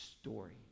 story